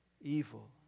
evil